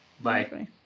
Bye